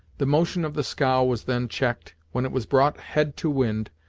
the motion of the scow was then checked, when it was brought head to wind,